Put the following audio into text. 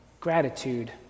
gratitude